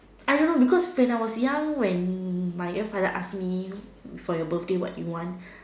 I don't know because when I was young when my grandfather ask me for your birthday what you want